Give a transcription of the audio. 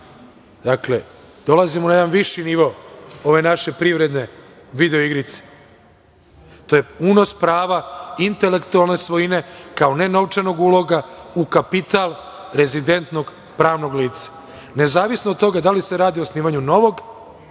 Dakle, dolazimo na jedan viši nivo ove naše privredne video igrice. To je unos prava intelektualne svojine kao nenovčanog uloga u kapital rezidentnog pravnog lica, nezavisno od toga da li se radi o osnivanju novog